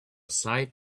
site